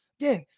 Again